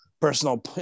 personal